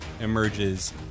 Emerges